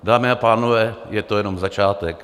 Dámy a pánové, je to jenom začátek!